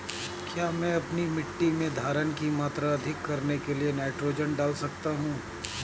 क्या मैं अपनी मिट्टी में धारण की मात्रा अधिक करने के लिए नाइट्रोजन डाल सकता हूँ?